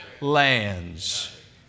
lands